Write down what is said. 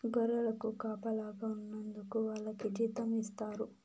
గొర్రెలకు కాపలాగా ఉన్నందుకు వాళ్లకి జీతం ఇస్తారు